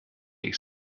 ich